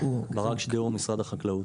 ברק שדיאור, משרד החקלאות.